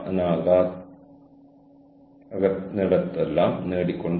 കൂടാതെ പൂർണ്ണമായ റഫറൻസ് ഇവിടെയുണ്ട്